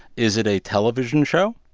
is it a television show?